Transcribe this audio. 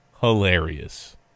hilarious